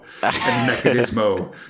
Mechanismo